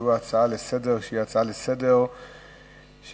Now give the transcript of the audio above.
הנושא הבא, הצעות לסדר-היום